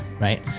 right